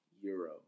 Euro